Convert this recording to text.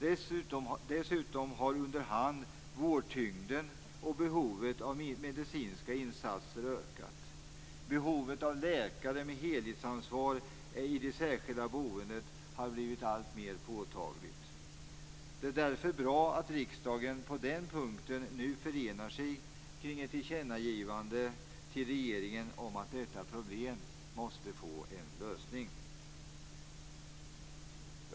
Dessutom har under hand vårdtyngden och behovet av medicinska insatser ökat. Behovet av läkare med helhetsansvar i det särskilda boendet har blivit alltmer påtagligt. Det är därför bra att riksdagen på den punkten nu förenar sig kring ett tillkännagivande till regeringen om att detta problem måste få en lösning.